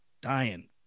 dying